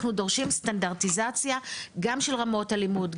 אנחנו דורשים סטנדרטיזציה גם של רמות הלימוד,